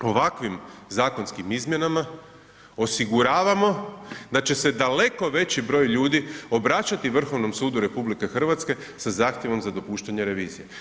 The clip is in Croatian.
Ovakvim zakonskim izmjenama osiguravamo da će se daleko veći broj ljudi obraćati Vrhovnom sudu RH sa zahtjevom za dopuštanje revizije.